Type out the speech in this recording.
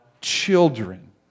children